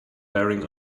bearing